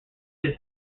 his